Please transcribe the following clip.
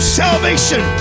salvation